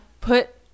put